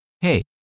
Hey